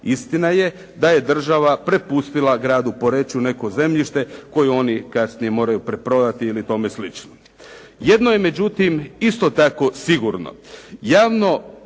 istina je da je država prepustila gradu Poreču neko zemljište koje oni kasnije moraju preprodati ili tome slično. Jedno je međutim, isto tako sigurno.